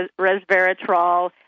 resveratrol